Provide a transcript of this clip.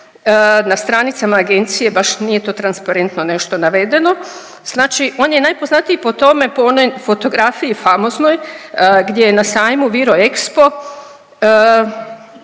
na stranicama agencije baš nije to transparentno nešto navedeno, znači on je najpoznatiji po tome, po onoj fotografiji famoznoj gdje je na sajmu Viroexpo